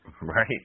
right